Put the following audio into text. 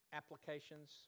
applications